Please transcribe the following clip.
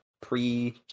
pre